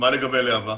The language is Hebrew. מה לגבי להב"ה?